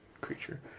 creature